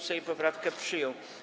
Sejm poprawkę przyjął.